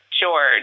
George